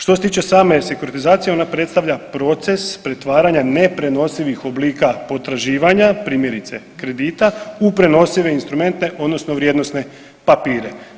Što se tiče same sekuratizacije ona predstavlja proces pretvaranja neprenosivih oblika potraživanja primjerice kredita u prenosive instrumente odnosno vrijednosne papire.